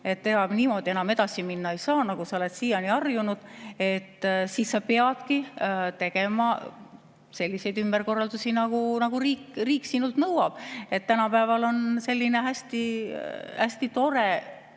sest niimoodi enam edasi minna ei saa, nagu sa oled siiani harjunud. Sa peadki tegema selliseid ümberkorraldusi, nagu riik sinult nõuab. Tänapäeval on selline hästi tore